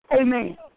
Amen